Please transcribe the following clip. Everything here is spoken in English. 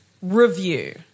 Review